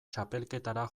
txapelketara